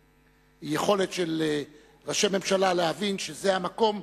ביכולת של ראשי ממשלה להבין שזה המקום